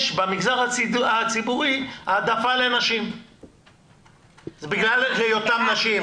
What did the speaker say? במגזר הציבורי יש העדפה לנשים בגלל היותן נשים.